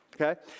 okay